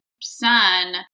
son